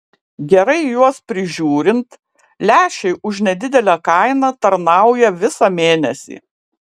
gerai juos prižiūrint lęšiai už nedidelę kainą tarnauja visą mėnesį